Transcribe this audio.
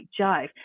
jive